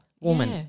woman